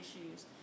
issues